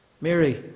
Mary